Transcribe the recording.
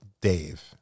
dave